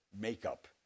makeup